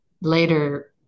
later